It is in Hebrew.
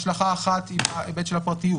השלכה אחת היא בהיבט של הפרטיות,